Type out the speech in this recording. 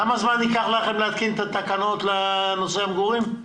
כמה זמן ייקח לכם להתקין את התקנות לנושא המגורים?